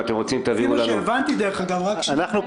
אם אתם רוצים, תביאו לנו.